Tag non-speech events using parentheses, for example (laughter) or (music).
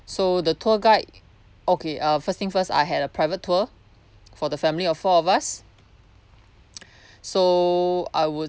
so the tour guide okay uh first thing first I had a private tour for the family of four of us (breath) so I would